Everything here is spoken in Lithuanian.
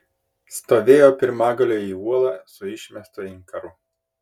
stovėjo pirmagaliu į uolą su išmestu inkaru